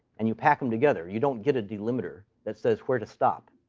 and you pack them together. you don't get a delimiter that says where to stop.